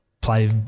play